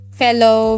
fellow